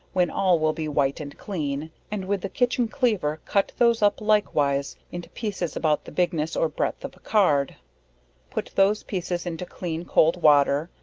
when all will be white and clean, and with the kitchen cleaver cut those up likewise into pieces about the bigness or breadth of a card put those pieces into clean cold water,